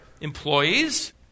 employees